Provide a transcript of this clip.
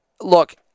look